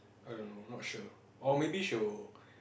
I don't know not sure or maybe she'll